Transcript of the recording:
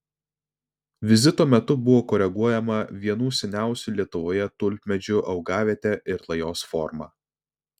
vizito metu buvo koreguojama vienų seniausių lietuvoje tulpmedžių augavietė ir lajos forma